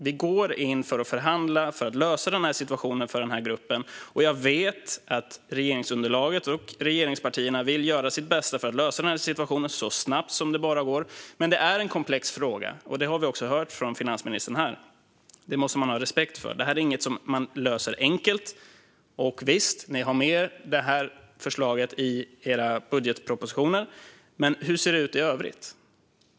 Vi går in för att förhandla och för att lösa situationen för denna grupp, och jag vet att regeringsunderlaget och regeringspartierna vill göra sitt bästa för att lösa situationen så snabbt som det bara går. Det är dock en komplex fråga, vilket vi har hört från finansministern här, och det måste man ha respekt för. Detta är ingenting som man löser enkelt. Visst - ni har med detta förslag i era budgetpropositioner, men hur ser det ut i övrigt?